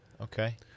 Okay